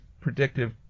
predictive